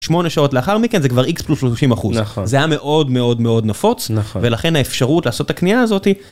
8 שעות לאחר מכן זה כבר איקס פלוס 30%, -נכון. זה היה מאוד מאוד מאוד נפוץ. -נכון. ולכן האפשרות לעשות את הקנייה הזאתי.